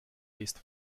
least